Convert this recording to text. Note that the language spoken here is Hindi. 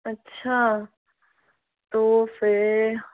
अच्छा तो फिर